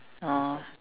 oh